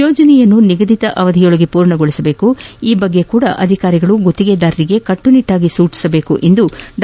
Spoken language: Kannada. ಯೋಜನೆಯನ್ನು ನಿಗದಿತಅವಧಿಯೊಳಗೆ ಪೂರ್ಣಗೊಳಿಸಬೇಕು ಈ ಬಗ್ಗೆಯೂ ಅಧಿಕಾರಿಗಳು ಗುತ್ತಿಗೆದಾರರಿಗೆ ಕಟ್ಟುನಿಟ್ವಾಗಿ ಸೂಚಿಸಬೇಕು ಎಂದು ಡಾ